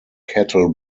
cattle